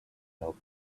help